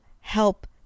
help